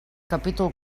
capítol